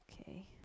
Okay